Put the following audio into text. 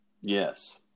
Yes